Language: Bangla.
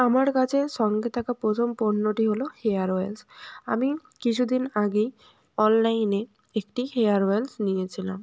আমার কাছে সঙ্গে থাকা প্রথম পণ্যটি হলো হেয়ার অয়েলস আমি কিছু দিন আগেই অনলাইনে একটি হেয়ার অয়েলস নিয়েছিলাম